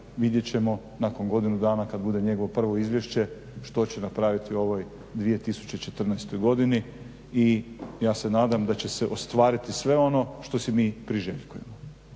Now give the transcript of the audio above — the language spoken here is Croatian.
vidjet ćemo nakon godinu dana kad bude njegovo prvo izvješće što će napraviti u ovoj 2014. godini. I ja se nadam da će se ostvariti sve ono što si mi priželjkujemo.